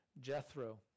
Jethro